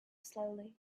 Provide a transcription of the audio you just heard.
slowly